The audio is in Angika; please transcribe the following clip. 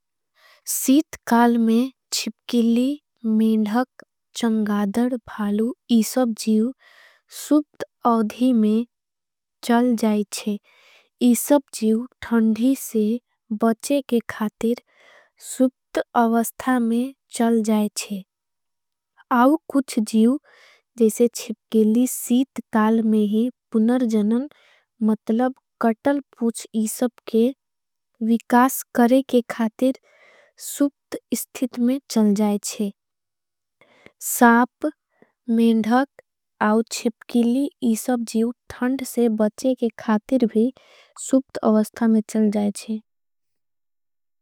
सीत काल में छिपकेली, मेढख, चंगाधर, भालु इसब जीव सुप्त अवधी में चल जायच्छे। इसब जीव थंधी से बचे के खातिर सुप्त अवस्था में चल जायच्छे। आव कुछ जीव जैसे छिपकेली, सीत काल में ही पुनरजनन मतलब कटल पूछ इसब के विकास करे के खातिर सुप्त इस्थित में चल जायच्छे। साप, मेंढख, आव छिपकेली इसब जीव थंध से बचे के खातिर भी सुप्त अवस्था में चल जायच्छे।